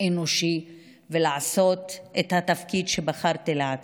אנושי ולעשות את התפקיד שבחרתי לעצמי.